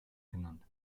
genannt